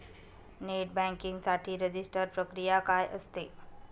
Net banking साठी register प्रक्रिया काय असते?